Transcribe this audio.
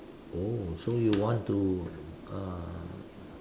oh so you want to uh